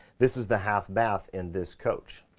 this is the half bath in this coach.